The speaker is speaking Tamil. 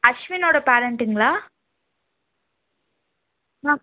அஸ்வினோட பேரண்ட்டுங்களா மேம்